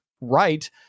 right